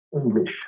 English